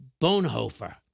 Bonhoeffer